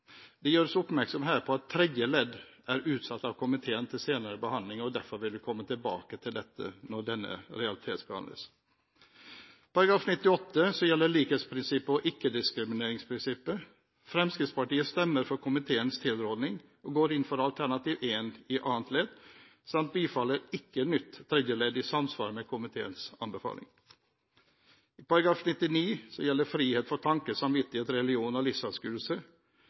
Det gjøres her oppmerksom på at tredje ledd er utsatt av komiteen til senere behandling, og vi vil derfor komme tilbake til dette når det realitetsbehandles. § 98, likhetsprinsippet og ikke-diskrimineringsprinsippet: Fremskrittspartiet stemmer for komiteens tilråding og går inn for alternativ 1 annet ledd samt bifaller ikke nytt tredje ledd, i samsvar med komiteens anbefaling. § 99, frihet for tanke, samvittighet, religion og